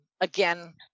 again